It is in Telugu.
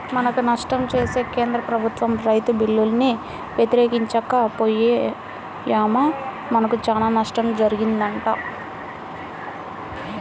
మనకు నష్టం చేసే కేంద్ర ప్రభుత్వ రైతు బిల్లుల్ని వ్యతిరేకించక పొయ్యామా మనకు చానా నష్టం జరిగిద్దంట